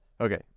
Okay